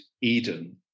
Eden